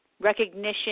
recognition